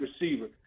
receiver